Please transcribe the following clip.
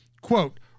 quote